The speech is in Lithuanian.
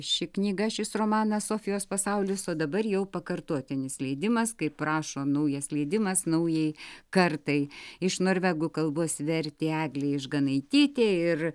ši knyga šis romanas sofijos pasaulis o dabar jau pakartotinis leidimas kaip rašo naujas leidimas naujai kartai iš norvegų kalbos vertė eglė išganaitytė ir